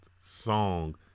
song